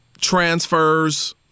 Transfers